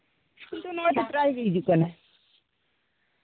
school ᱛᱮ ᱩᱱᱤ ᱢᱟ ᱯᱨᱟᱭ ᱜᱮᱭ ᱦᱤᱡᱩᱜ ᱠᱟᱱᱮ